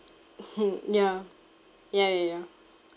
ya ya ya ya